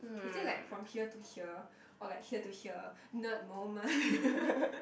is it from like here to here or like here to here nerd moment